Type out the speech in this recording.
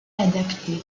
adaptées